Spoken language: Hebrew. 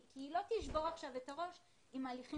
היא לא תשבור עכשיו את הראש עם הליכים